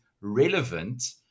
relevant